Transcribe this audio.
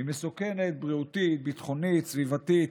היא מסוכנת בריאותית, ביטחונית, סביבתית.